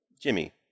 Jimmy